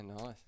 nice